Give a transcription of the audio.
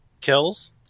kills